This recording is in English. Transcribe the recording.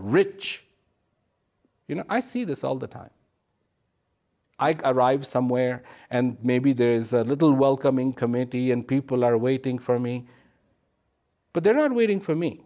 rich you know i see this all the time i arrive somewhere and maybe there is a little welcoming committee and people are waiting for me but they're not waiting for me